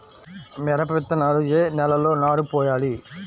మిరప విత్తనాలు ఏ నెలలో నారు పోయాలి?